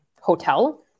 hotel